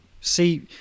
see